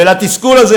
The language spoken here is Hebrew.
לתסכול הזה,